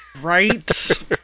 Right